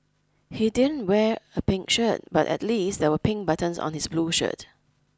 he didn't wear a pink shirt but at least there were pink buttons on his blue shirt